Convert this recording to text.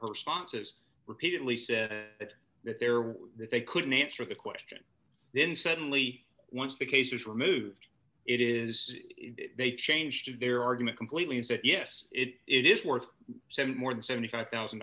her sponsor has repeatedly said that there were they couldn't answer the question then suddenly once the case is removed it is they changed their argument completely is that yes it is worth more than seventy five thousand